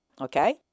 Okay